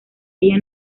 ella